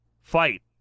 fight